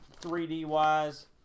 3D-wise